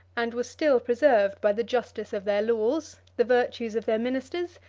and was still preserved by the justice of their laws, the virtues of their ministers,